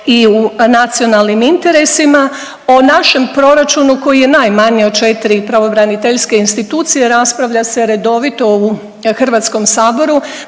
i u nacionalnim interesima. O našem proračunu koji je najmanji od 4 pravobraniteljske institucije raspravlja se redovito u Hrvatskom saboru,